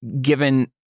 given